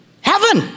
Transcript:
heaven